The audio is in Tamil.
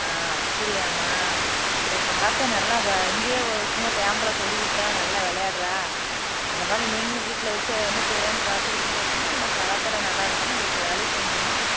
ஆ அப்படியாம்மா சரி கராத்தே நல்லா இங்கேயே சும்மா சாம்பிளா சொல்லிக் கொடுத்தா நல்லா விளையாடுறா அந்தமாதிரி நீங்களும் வீட்டில் வச்சு அவள் என்ன செய்கிறான்னு பார்த்துக்கிட்டிங்க அப்படின்னா அந்த கராத்தேயில் நல்லா இருந்துச்சுன்னா அதுக்கு வேலுயூஷன் உண்டும்மா